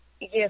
Yes